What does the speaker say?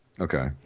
Okay